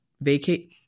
vacate